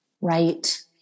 Right